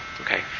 Okay